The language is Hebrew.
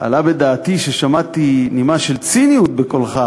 עלה בדעתי ששמעתי נימה של ציניות בקולך.